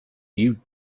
you